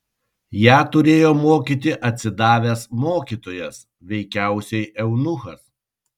ją turėjo mokyti atsidavęs mokytojas veikiausiai eunuchas